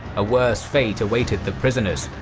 a worse fate awaited the prisoners.